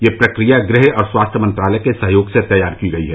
यह प्रक्रिया गृह और स्वास्थ्य मंत्रालय के सहयोग से तैयार की गई है